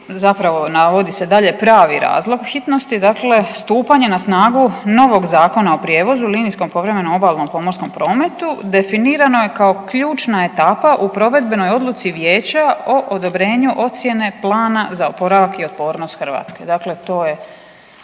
zapravo navodi se dalje pravi razlog hitnosti, dakle stupanja na snagu novog Zakona o prijevozu linijskog povremeno obalnom pomorskom prometu definirano je kao ključna etapa u provedbenoj odluci Vijeća o odobrenju ocjene plana za oporavak i otpornost Hrvatske, dakle to je